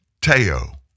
Teo